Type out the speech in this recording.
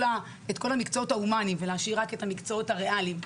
המקצועות ההומניים ולהשאיר רק את המקצועות הריאליים,